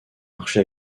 marché